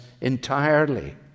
entirely